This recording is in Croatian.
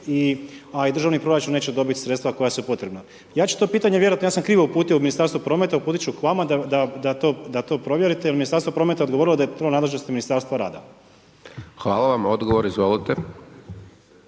a i državni proračun neće dobiti sredstva koja su potrebna. Ja ću to pitanje vjerojatno, ja sam krivo uputio u Ministarstvo prometa, uputiti ću k vama da to provjerite jer je Ministarstvo prometa odgovorilo da je to u nadležnosti Ministarstva rada. **Hajdaš Dončić,